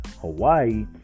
Hawaii